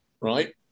right